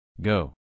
Go